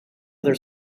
other